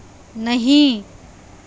نہیں